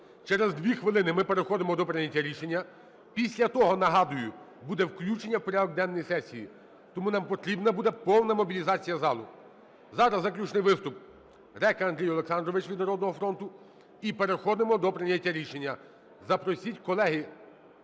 Через дві хвилини ми переходимо до прийняття рішення. Після того, нагадую, буде включення у порядок денний сесії. Тому нам потрібна буде повна мобілізація залу. Зараз заключний виступ - Река Андрій Олександрович від "Народного фронту", і переходимо до прийняття рішення. Запросіть, колеги,